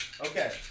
okay